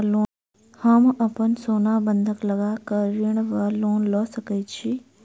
हम अप्पन सोना बंधक लगा कऽ ऋण वा लोन लऽ सकै छी?